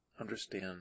understand